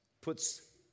puts